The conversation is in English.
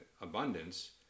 abundance